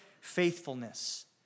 faithfulness